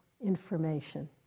information